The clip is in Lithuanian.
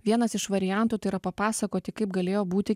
vienas iš variantų tai yra papasakoti kaip galėjo būti